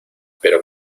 pero